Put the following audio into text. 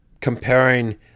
comparing